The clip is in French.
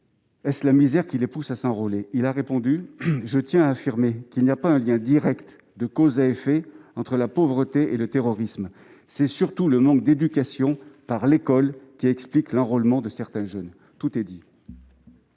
Est-ce la misère qui les pousse à s'enrôler ?» Le Président Bazoum lui a répondu :« Je tiens à affirmer qu'il n'y a pas un lien direct, de cause à effet, entre la pauvreté et le terrorisme. C'est surtout le manque d'éducation, par l'école, qui explique l'enrôlement de certains jeunes. » Tout est dit